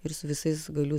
ir su visais galiu